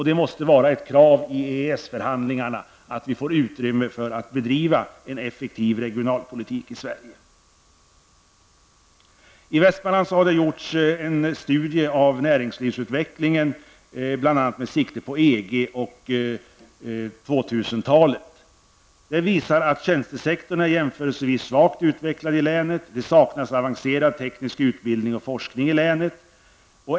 Det måste vara ett krav i EES-förhandlingarna att vi får utrymme att bedriva en effektiv regionalpolitik i Sverige. I Västmanland har en studie av näringslivsutvecklingen i länet gjorts, bl.a. med sikte på EG och 2000-talet. Den visar att: -- Tjänstesektorn är jämförelsevis svagt utvecklad i länet. -- Det saknas avancerad teknisk utbildning och forskning.